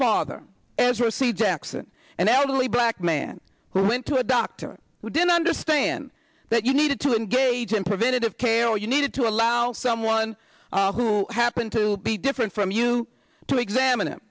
father as we'll see jackson an elderly black man who went to a doctor who didn't understand that you needed to engage in preventative care or you needed to allow someone who happened to be different from you to examine